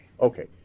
Okay